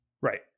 Right